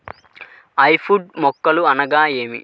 Hybrid మొక్కలు అనగానేమి?